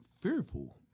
fearful